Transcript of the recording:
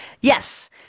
yes